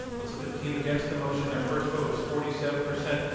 let's look at the team against the motion. their first vote was forty seven percent.